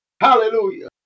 Hallelujah